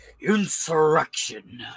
insurrection